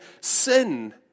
sin